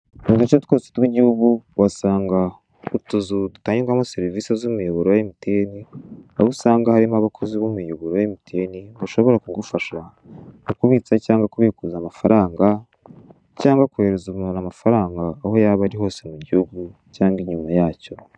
Mu duce twose tw'igihugu uhasanga utuzu dutangirwamo serivise z'umuyoboro wa emutiyeni aho usanga harimo abakozi b'umuyoboro wa emutiyeni bashobora ku gufasha kubitsa cyangwa kubikuza amafaranga cyangwa koherereza umuntu amafaranga aho yaba ari hose mu gihugu cyangwa inyuma yacyo.